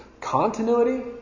Continuity